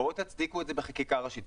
בואו תצדיקו את זה בחקיקה ראשית,